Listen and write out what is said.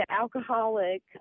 alcoholic